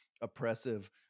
oppressive